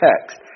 text